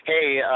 Hey